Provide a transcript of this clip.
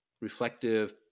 reflective